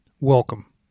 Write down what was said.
Welcome